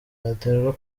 yaterwa